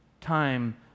time